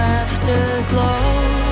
afterglow